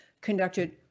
conducted